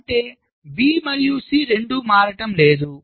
అంటే B మరియు C రెండూ మారడం లేదు